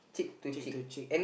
cheek to cheek